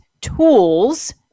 tools